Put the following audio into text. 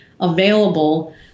available